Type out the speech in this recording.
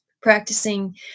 practicing